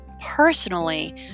personally